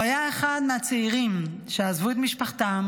הוא היה אחד מהצעירים שעזבו את משפחתם